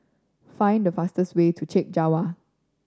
find the fastest way to Chek Jawa